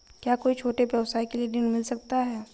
क्या कोई छोटे व्यवसाय के लिए ऋण मिल सकता है?